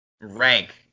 Rank